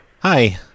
Hi